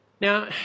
Now